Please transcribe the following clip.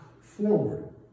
forward